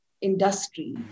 industry